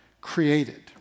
created